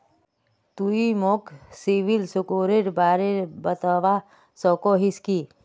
तुई मोक सिबिल स्कोरेर बारे बतवा सकोहिस कि?